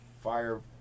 Fire